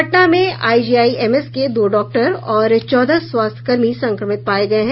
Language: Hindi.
पटना में आईजीआईएमएस के दो डॉक्टर और चौदह स्वास्थ्य कर्मी संक्रमित पाये गये हैं